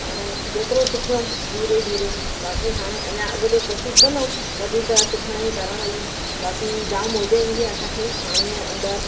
हाणे जेतिरो सिखयमि धीरे धीरे बाक़ी हाणे अञा अॻिते कोशिशि कंदमि वधीक सिखण जी तरण जी बाक़ी जाम मौज ईंदी आहे असांखे पाणीअ जे अंदरु